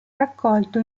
raccolto